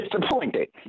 disappointed